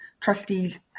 trustees